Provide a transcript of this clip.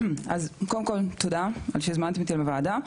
אז קודם כול תודה על שהזמנתם אותי לוועדה.